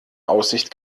aussicht